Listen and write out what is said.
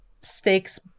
stakes